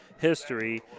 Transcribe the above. history